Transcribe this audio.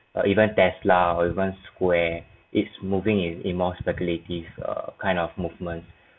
or even tesla or even square it's moving in a more speculative err kind of movement